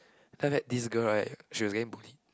then after that this girl right she was getting bullied